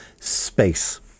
space